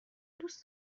دوست